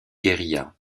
guérilla